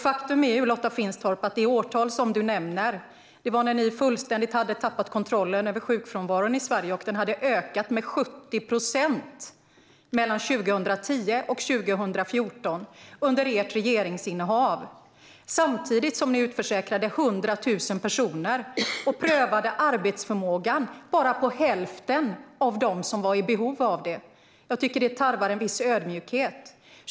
Faktum är, Lotta Finstorp, att det årtal du nämnde var när ni fullständigt hade tappat kontrollen över sjukfrånvaron i Sverige och den hade ökat med 70 procent under ert regeringsinnehav mellan 2010 och 2014, samtidigt som ni utförsäkrade 100 000 personer och prövade arbetsförmågan hos endast hälften av dem som hade behov av det. Jag tycker att detta tarvar en viss ödmjukhet.